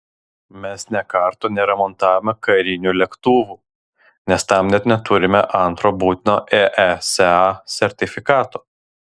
mes nė karto neremontavome karinių lėktuvų nes tam net neturime antro būtino easa sertifikato